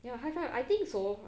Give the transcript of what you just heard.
ya high five I think so